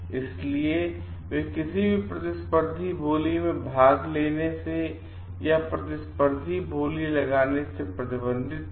इसलिए वे किसी भी प्रतिस्पर्धी बोली में भाग लेने से या प्रतिस्पर्धी बोली लगाने से प्रतिबंधित थे